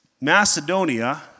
Macedonia